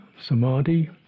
samadhi